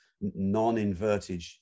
non-inverted